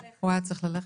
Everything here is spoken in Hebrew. לצערנו הוא היה צריך ללכת.